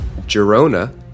Girona